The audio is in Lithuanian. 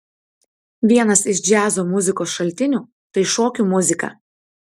vienas iš džiazo muzikos šaltinių tai šokių muzika